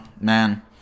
man